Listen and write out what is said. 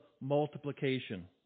multiplication